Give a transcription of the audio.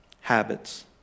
Habits